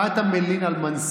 מה אתה מלין על מנסור,